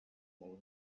may